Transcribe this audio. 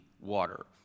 water